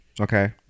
Okay